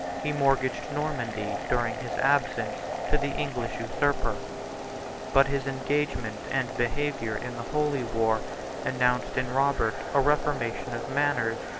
he mortgaged normandy during his absence to the english usurper but his engagement and behavior in the holy war announced in robert a reformation of manners,